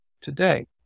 today